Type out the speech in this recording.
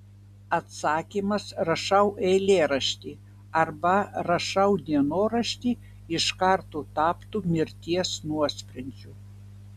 atsakymas rašau eilėraštį arba rašau dienoraštį iš karto taptų mirties nuosprendžiu